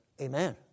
Amen